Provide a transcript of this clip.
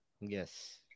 Yes